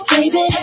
Baby